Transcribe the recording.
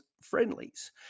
friendlies